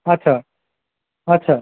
আচ্ছা আচ্ছা